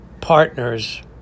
partners